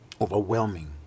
overwhelming